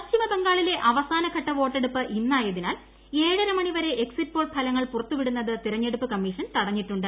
പശ്ചിമ ബംഗാളിലെ അവസാനഘട്ട വോട്ടെടുപ്പ് ഇന്നായതിനാൽ ഏഴര മണിവരെ എക്സിറ്റ് പോൾ ഫലങ്ങൾ പുറത്തുവിടുന്നത് തെരഞ്ഞെടുപ്പ് കമീഷൻ തടഞ്ഞിട്ടുണ്ട്